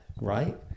right